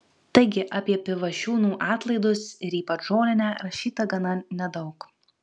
taigi apie pivašiūnų atlaidus ir ypač žolinę rašyta gana nedaug